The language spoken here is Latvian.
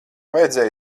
vajadzēja